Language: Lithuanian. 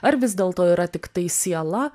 ar vis dėlto yra tiktai siela